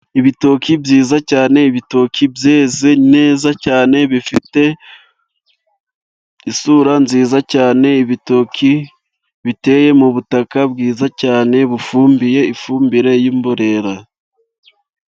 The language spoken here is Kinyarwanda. Ibitoki byiza cyane, ibitoki byeze neza cyane bifite isura nziza cyane, ibitoki biteye mu butaka bwiza cyane, bufumbiye ifumbire y'imborera.